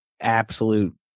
absolute